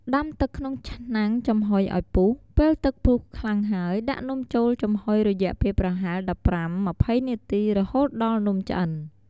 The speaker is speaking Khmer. ដាំទឹកក្នុងឆ្នាំងចំហុយឲ្យពុះ ពេលទឹកពុះខ្លាំងហើយ ដាក់នំចូលចំហុយរយៈពេលប្រហែល ១៥-២០ នាទី រហូតដល់នំឆ្អិន។